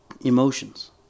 emotions